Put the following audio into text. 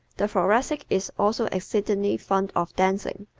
the thoracic is also exceedingly fond of dancing.